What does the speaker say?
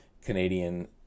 Canadian